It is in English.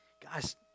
Guys